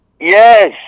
Yes